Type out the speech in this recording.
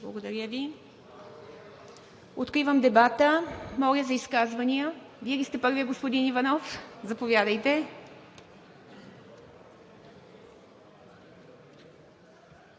ИВА МИТЕВА: Откривам дебата. Моля за изказвания. Вие ли сте първият, господин Иванов? Заповядайте.